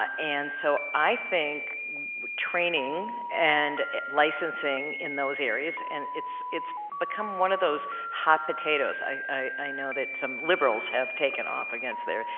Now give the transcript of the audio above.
and so, i think training and licensing in those areas, and it's, it's become one of those hot potatoes. i, i, i know that some liberals have taken off against there.